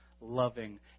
loving